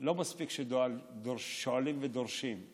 לא מספיק ששואלים ודורשים,